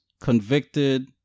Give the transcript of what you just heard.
Convicted